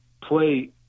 play